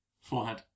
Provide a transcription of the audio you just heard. Forehead